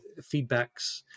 feedbacks